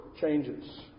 changes